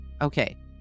Okay